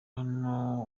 hano